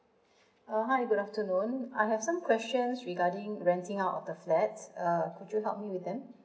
uh hi good afternoon I have some questions regarding renting out of the flats uh could you help me with them